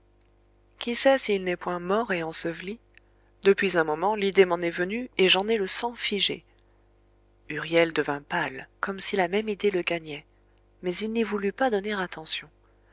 qui sait s'il n'est point mort et enseveli depuis un moment l'idée m'en est venue et j'en ai le sang figé huriel devint pâle comme si la même idée le gagnait mais il n'y voulut pas donner attention